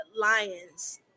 Lions